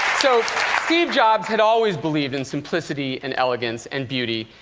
so steve jobs had always believed in simplicity and elegance and beauty.